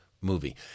movie